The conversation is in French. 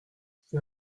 c’est